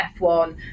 F1